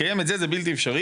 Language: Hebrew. לקיים את זה זה בלתי אפשרי.